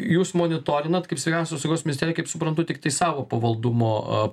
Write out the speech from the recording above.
jūs monitorinat kaip sveikatos apsaugos ministerija kaip suprantu tiktai savo pavaldumo